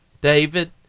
David